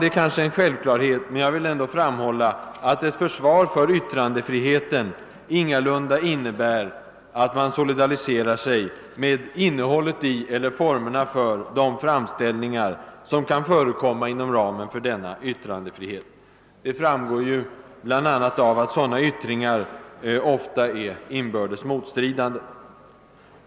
Det är kanske en självklarhet, men jag vill ändå framhålla att ett försvar för yttrandefriheten ingalunda innebär att man solidariserar sig med innehållet i eller formerna för de framställningar som kan förekomma inom ramen för denna yttrandefrihet. Det framgår bl.a. av att sådana yttringar ofta är inbördes motstridande.